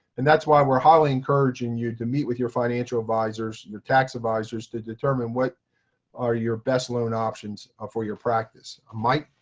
and that's why we're highly encouraging you to meet with your financial advisors, your tax advisers to determine what are your best loan options ah for your practice. mike?